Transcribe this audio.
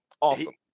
Awesome